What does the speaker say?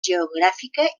geogràfica